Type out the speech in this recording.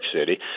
City